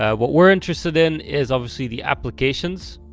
ah what we're interested in is obviously the applications.